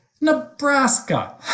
Nebraska